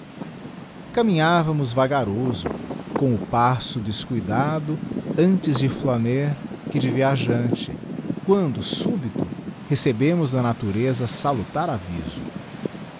caminhávamos vagaroso com o passo descuidado antes de flaneur que de viajante quando súbito recebemos da natureza salutar aviso